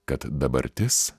kad dabartis